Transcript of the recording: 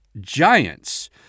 giants